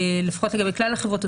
לפחות לגבי כלל החברות,